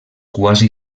quasi